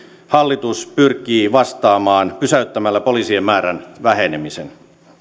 hallitus pyrkii vastaamaan pysäyttämällä poliisien määrän vähenemisen